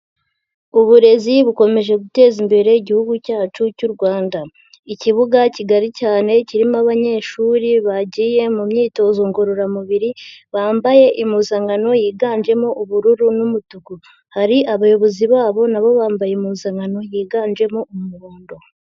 Uburezi bukomeje guteza imbere igihugu cyacu cy'u Rwanda. Ikibuga kigari cyane kirimo abanyeshuri bagiye mu myitozo ngororamubiri, bambaye impuzankano yiganjemo ubururu n'umutuku. Hari abayobozi babo na bo bambaye impuzankano yiganjemo umuhondo.